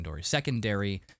secondary